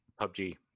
PUBG